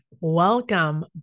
Welcome